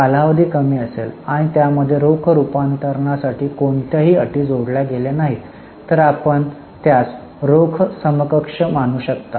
जर कालावधी कमी असेल आणि त्यामध्ये रोख रूपांतरणासाठी कोणत्याही अटी जोडल्या गेल्या नाहीत तर आपण त्यास रोख समकक्ष मानू शकता